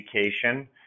education